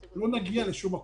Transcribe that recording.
נקבל גם תשובות?